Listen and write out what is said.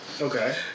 Okay